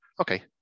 Okay